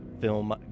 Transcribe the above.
film